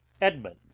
Edmund